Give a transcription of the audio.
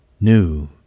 new